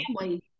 family